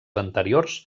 anteriors